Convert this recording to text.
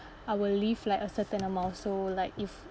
I would leave like a certain amount so like if